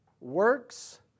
works